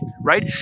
right